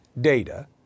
data